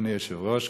אדוני היושב-ראש,